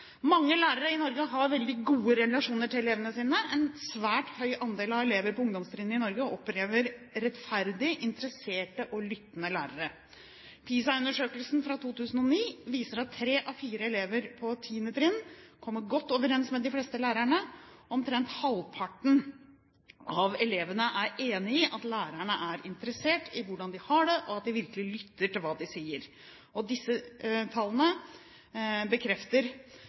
Mange lærere i Norge har veldig gode relasjoner til elevene sine. En svært høy andel av elevene på ungdomstrinnet i Norge opplever rettferdige, interesserte og lyttende lærere. PISA-undersøkelsen fra 2009 viser at tre av fire elever på 10. trinn kommer godt overens med de fleste lærerne. Omtrent halvparten av elevene er enige i at lærerne er interessert i hvordan de har det, og at de virkelig lytter til hva de sier. Disse tallene bekrefter